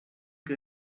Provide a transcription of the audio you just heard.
que